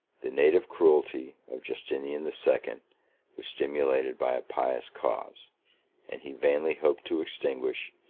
the native cruelty of justinian the second was stimulated by a pious cause and he vainly hoped to extinguish,